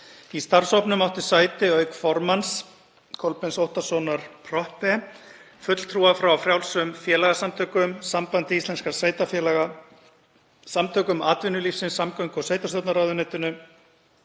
Í starfshópnum áttu sæti, auk formannsins, Kolbeins Óttarssonar Proppés, fulltrúar frá frjálsum félagasamtökum, Sambandi íslenskra sveitarfélaga, Samtökum atvinnulífsins, samgöngu- og sveitarstjórnarráðuneytinu,